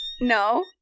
No